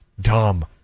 dumb